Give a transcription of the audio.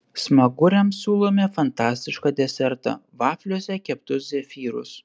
smaguriams siūlome fantastišką desertą vafliuose keptus zefyrus